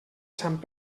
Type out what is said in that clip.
sant